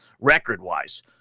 record-wise